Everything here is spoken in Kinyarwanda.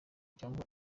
cyangwa